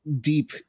deep